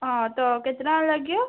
ହଁ ତ କେତେ ଟଙ୍କା ଲାଗିବ